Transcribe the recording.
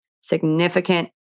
significant